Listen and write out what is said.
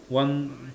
one